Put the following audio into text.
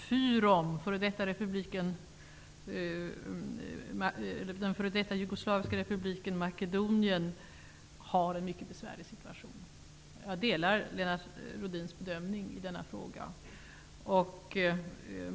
Fru talman! Republiken FYROM, den f.d. jugoslaviska republiken Makedonien, har en mycket besvärlig situation. Jag delar Lennart Rohdins bedömning i denna fråga.